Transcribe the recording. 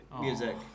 music